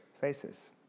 faces